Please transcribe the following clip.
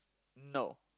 no